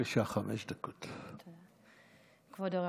יו"ר הכנסת,